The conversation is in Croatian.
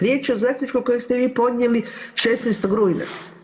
Riječ je o zaključku kojeg ste vi podnijeli 16. rujna.